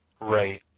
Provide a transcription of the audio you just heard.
Right